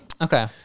okay